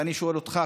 ואני שואל אותך,